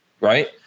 Right